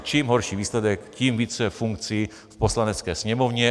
Čím horší výsledek, tím více funkcí v Poslanecké sněmovně.